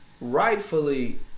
rightfully